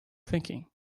thinking